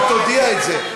היא תודיע את זה.